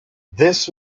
this